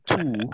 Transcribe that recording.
two